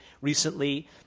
recently